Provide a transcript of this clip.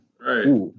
Right